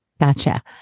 Gotcha